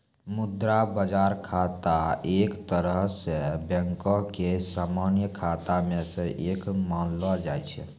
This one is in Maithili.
मुद्रा बजार खाता एक तरहो से बैंको के समान्य खाता मे से एक मानलो जाय छै